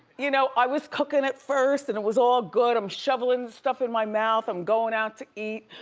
you know, i was cookin' at first and it was all good, i'm shovelin' stuff in my mouth, i'm goin' out to eat.